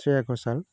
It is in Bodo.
श्रिया घसाल